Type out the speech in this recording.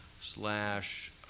slash